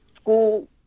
school